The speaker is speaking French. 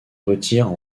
retirent